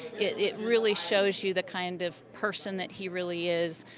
it really shows you the kind of person that he really is.